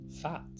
fat